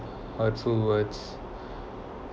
hurtful words